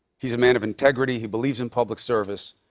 he's a man of integrity. he believes in public service.